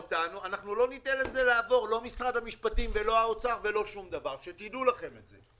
אני מבקש שהיועצת המשפטית תגיד כמה דברים שנאמרו ומופיעים פה,